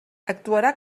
actuarà